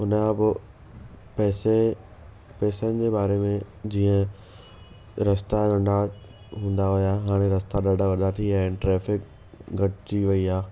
उनखां पोइ पैसे पैसनि जे बारे में जीअं रास्ता नंढा हूंदा हुआ हाणे रास्ता ॾाढा वॾा थी विया आहिनि ट्रैफ़िक घटिजी वई आहे